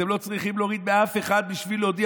אתם לא צריכים להוריד מאף אחד בשביל להודיע